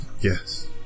Yes